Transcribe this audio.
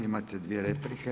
Imate dvije replike.